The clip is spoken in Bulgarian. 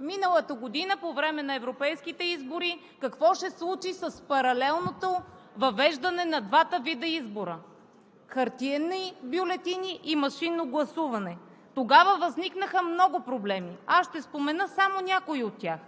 миналата година по време на европейските избори какво се случи с паралелното въвеждане на двата вида избори – хартиени бюлетини и машинно гласуване. Тогава възникнаха много проблеми. Аз ще спомена само някои от тях.